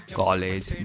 college